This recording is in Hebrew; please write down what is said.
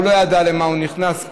הוא לא ידע למה הוא נכנס,